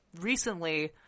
recently